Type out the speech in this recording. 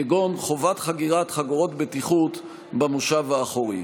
כגון חובת חגירת חגורות בטיחות במושב האחורי.